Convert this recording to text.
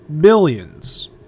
billions